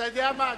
אתה יודע מה,